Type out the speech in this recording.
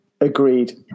Agreed